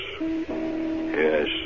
Yes